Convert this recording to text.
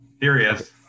Serious